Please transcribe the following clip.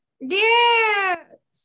Yes